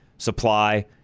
supply